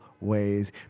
ways